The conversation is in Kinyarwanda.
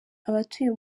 abatuye